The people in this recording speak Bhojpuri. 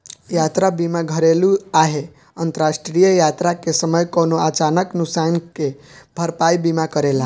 यात्रा बीमा घरेलु चाहे अंतरराष्ट्रीय यात्रा के समय कवनो अचानक नुकसान के भरपाई बीमा करेला